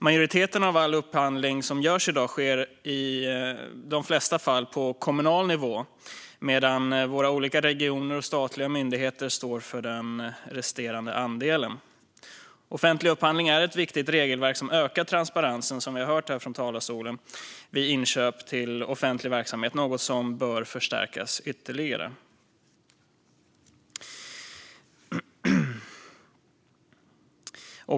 Majoriteten av all upphandling som görs i dag sker på kommunal nivå, och våra olika regioner och statliga myndigheter står för den resterande andelen. Regelverket för offentlig upphandling är viktigt och ökar transparensen vid inköp till offentlig verksamhet, som vi har hört från talarstolen. Det är något som bör förstärkas ytterligare.